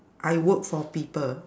I work for people